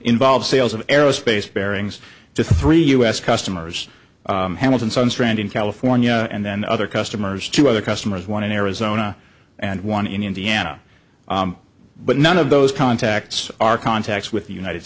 of sales of aerospace bearings to three u s customers hamilton son's friend in california and then other customers two other customers one in arizona and one in indiana but none of those contacts are contacts with the united